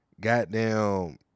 goddamn